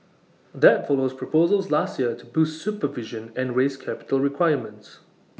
that follows proposals last year to boost supervision and raise capital requirements